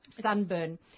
sunburn